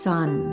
Sun